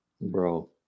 Bro